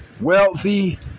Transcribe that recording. wealthy